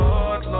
Lord